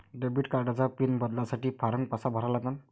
Debit कार्डचा PIN बदलासाठी form कसा भरा लागन?